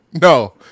No